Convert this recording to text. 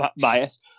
bias